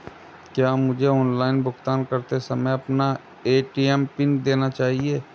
क्या मुझे ऑनलाइन भुगतान करते समय अपना ए.टी.एम पिन देना चाहिए?